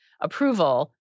approval